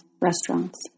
restaurants